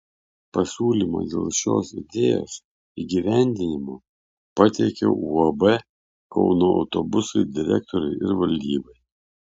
pasiūlymą dėl šios idėjos įgyvendinimo pateikiau uab kauno autobusai direktoriui ir valdybai